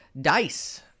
dice